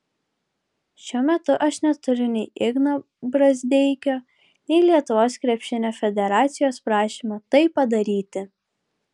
šiuo metu aš neturiu nei igno brazdeikio nei lietuvos krepšinio federacijos prašymo tai padaryti